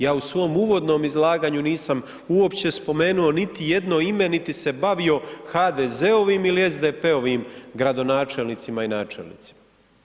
Ja u svom uvodnom izlaganju nisam uopće spomenuo niti jedno ime, niti se bavio HDZ-ovim ili SDP-ovim gradonačelnicima i načelnicima.